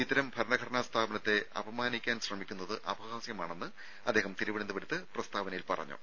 ഇത്തരം ഭരണഘടനാ സ്ഥാപനത്തെ അപമാനിക്കാൻ ശ്രമിക്കുന്നത് അപഹാസ്യമാണെന്ന് അദ്ദേഹം തിരുവനന്തപുരത്ത് പ്രസ്താവനയിൽ പറഞ്ഞു